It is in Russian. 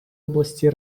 области